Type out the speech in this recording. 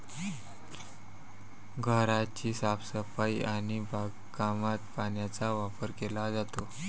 घराची साफसफाई आणि बागकामात पाण्याचा वापर केला जातो